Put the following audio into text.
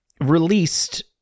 released